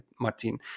Martin